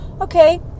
okay